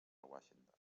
washington